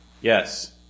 Yes